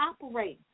operating